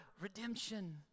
redemption